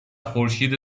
خورشید